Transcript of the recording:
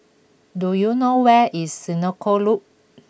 do you know where is Senoko Loop